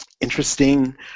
interesting